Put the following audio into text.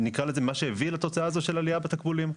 ממה שהוביל לעלייה בתקבולים.